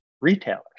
retailers